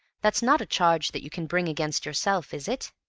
that's not a charge that you can bring against yourself, is it?